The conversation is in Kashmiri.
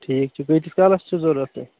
ٹھیٖک چھُ کٍتِس کالَس چھُ ضروٗرت یہِ